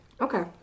Okay